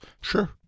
Sure